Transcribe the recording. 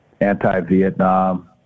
anti-Vietnam